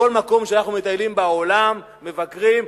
בכל מקום שאנחנו מטיילים בעולם, מבקרים,